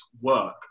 work